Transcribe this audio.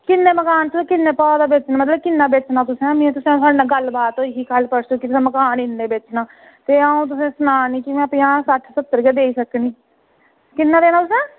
कि'न्ने मकान तुस कि'न्ने भाऽ दा बेचना मतलब कि'न्ना बेचना तुसें कि'न्ना बेचना में तुसें साढ़े ने गल्ल बात होई ही कल परसो कि मकान इ'न्ने दा बेचना ते आ'ऊं तुसें गी सनानी कि पंजाह् सट्ठ सत्तर गै देई सकनी कि'न्ना लैना तुसें